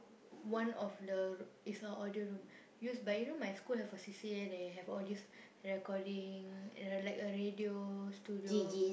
one of the it's a audio room used by you know my school have a C_C_A they have all these recording like a radio studio